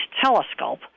Telescope